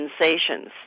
sensations